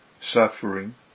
suffering